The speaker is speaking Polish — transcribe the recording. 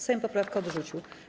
Sejm poprawkę odrzucił.